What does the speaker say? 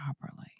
properly